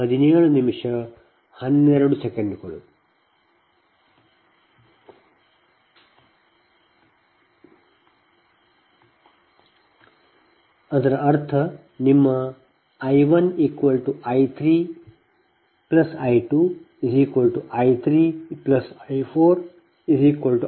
ಅದರ ಅರ್ಥ ಅಂದರೆ ನಿಮ್ಮ I 1 I 3 I 2 I 3 I 4 I L 9